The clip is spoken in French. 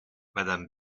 madame